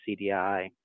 CDI